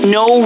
no